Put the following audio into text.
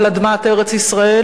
על אדמת ארץ-ישראל,